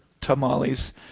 tamales